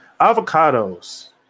Avocados